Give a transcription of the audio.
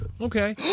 Okay